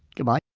goodbye